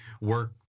work